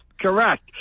Correct